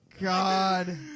God